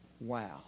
Wow